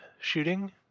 shooting